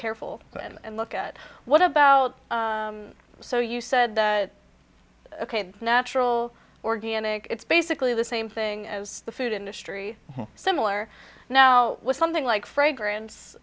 careful and look at what about so you said ok natural organic it's basically the same thing as the food industry similar now with something like fragrance